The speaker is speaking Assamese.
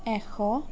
এশ